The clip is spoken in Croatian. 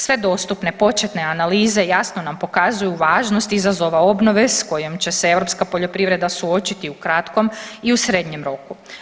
Sve dostupne početne analize jasno nam pokazuju važnost izazova obnove s kojom će se europska poljoprivreda suočiti u kratkom i u srednjem roku.